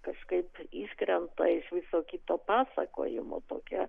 kažkaip iškrenta iš viso kito pasakojimo tokia